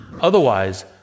Otherwise